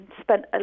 spent